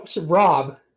Rob